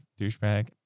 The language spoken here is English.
douchebag